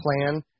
Plan